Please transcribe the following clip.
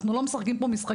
אנחנו לא משחקים פה משחקים,